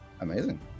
Amazing